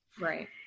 Right